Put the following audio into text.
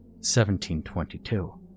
1722